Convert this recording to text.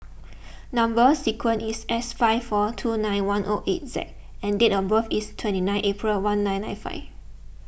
Number Sequence is S five four two nine one O eight Z and date of birth is twenty nine April one nine nine five